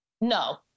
No